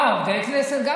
אה, גם עובדי כנסת.